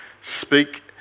speak